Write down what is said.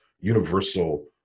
universal